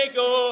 go